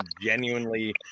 genuinely